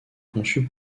conçu